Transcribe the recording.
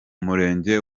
murenge